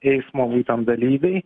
eismo būtent dalyviai